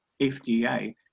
FDA